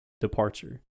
departure